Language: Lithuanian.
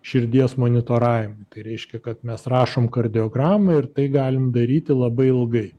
širdies monitoravimui tai reiškia kad mes rašom kardiogramą ir tai galim daryti labai ilgai